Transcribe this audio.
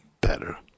better